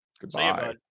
Goodbye